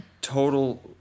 total